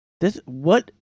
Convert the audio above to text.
this—what